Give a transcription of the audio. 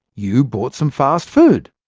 you bought some fast food.